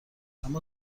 اما